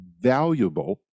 valuable